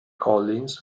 collins